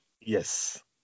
Yes